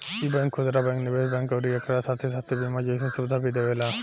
इ बैंक खुदरा बैंक, निवेश बैंक अउरी एकरा साथे साथे बीमा जइसन सुविधा भी देवेला